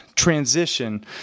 Transition